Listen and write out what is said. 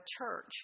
church